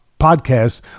podcast